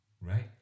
Right